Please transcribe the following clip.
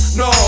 no